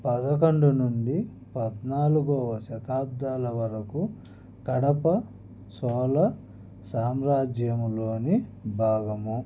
పదకొండు నుండి పద్నాలుగవ శతాబ్దాల వరకు కడప చోళ సామ్రాజ్యములోని భాగము